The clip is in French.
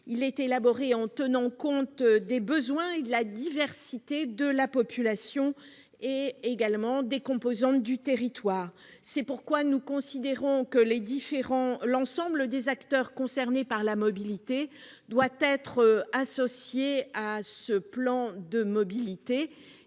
est élaboré en tenant compte des besoins et de la diversité de la population et des composantes du territoire. C'est pourquoi nous considérons que l'ensemble des acteurs concernés par la mobilité doit y être associé. Par conséquent,